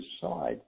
side